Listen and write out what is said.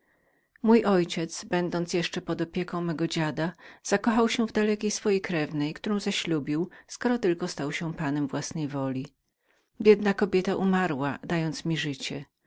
mój ojciec będąc jeszcze pod opieką mego dziada pokochał się był w dalekiej swojej krewnej którą zaślubił skoro tylko stał się panem własnej woli biedna kobieta umarła dając mi życie